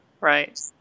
Right